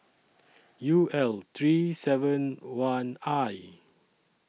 U L three seven one I